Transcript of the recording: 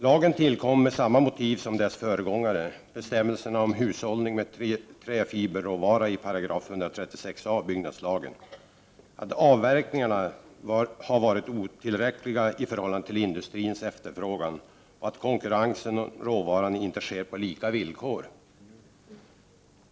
Lagen tillkom med samma motivering som dess föregångare — bestämmelserna om hushållning med träfiberråvara i § 136 a, byggnadslagen — att avverkningarna var otillräckliga i förhållande till industrins efterfrågan och att konkurrensen om råvaran inte sker på lika villkor.